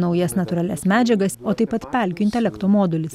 naujas natūralias medžiagas o taip pat pelkių intelektų modulis